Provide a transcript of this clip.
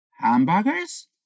Hamburgers